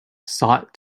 sought